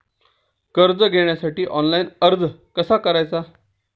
कर्ज घेण्यासाठी ऑनलाइन अर्ज कसा करायचा?